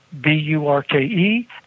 B-U-R-K-E